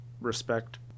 respect